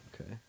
Okay